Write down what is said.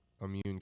immune